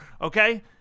Okay